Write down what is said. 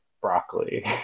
broccoli